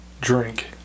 Drink